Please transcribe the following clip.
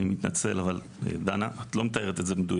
אני מתנצל, אבל דנה, את לא אומרת את זה במדויק.